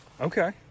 Okay